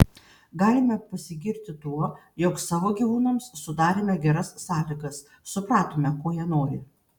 galime pasigirti tuo jog savo gyvūnams sudarėme geras sąlygas supratome ko jie nori